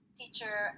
teacher